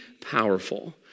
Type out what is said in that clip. powerful